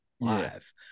live